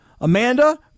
Amanda